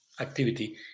activity